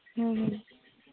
ᱦᱮᱸ ᱦᱮᱸ